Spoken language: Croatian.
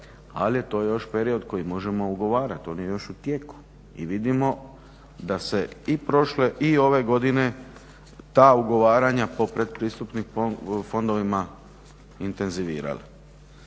Ali to je još period koji možemo ugovarati, on je još u tijeku i vidimo da se i prošle i ove godine ta ugovaranja po predpristupnim fondovima intenzivirala.